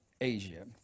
Asia